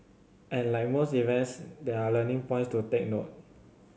and like most events there are learning points to take note